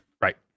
Right